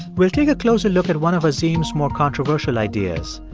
we'll take a closer look at one of azim's more controversial ideas.